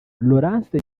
laurence